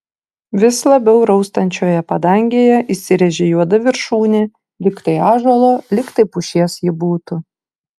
vis labiau raustančioje padangėje įsirėžė juoda viršūnė lyg tai ąžuolo lyg tai pušies ji būtų